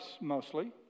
mostly